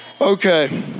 Okay